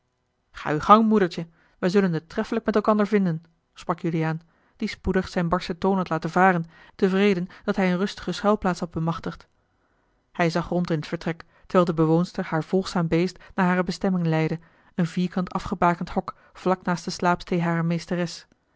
ga uw gang moedertje wij zullen het treffelijk met elkander vinden sprak juliaan die spoedig zijn barschen toon had laten varen tevreden dat hij eene rustige schuilplaats had bemachtigd hij zag rond in t vertrek terwijl de bewoonster haar volgzaam beest naar hare bestemming leidde een vierkant afgebakend hok vlak naast de slaapsteê harer meesteres